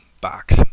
box